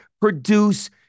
produce